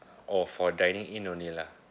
oh for dining in only lah